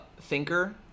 thinker